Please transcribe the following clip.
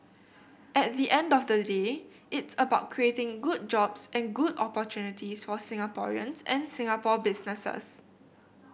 at the end of the day it's about creating good jobs and good opportunities for Singaporeans and Singapore businesses